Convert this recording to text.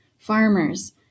Farmers